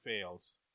fails